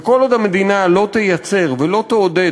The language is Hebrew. וכל עוד המדינה לא תייצר ולא תעודד